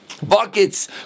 Buckets